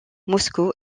moscou